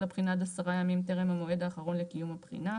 לבחינה עד עשרה ימים טרם המועד האחרון לקיום הבחינה,